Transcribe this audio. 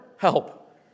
help